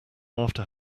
after